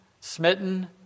smitten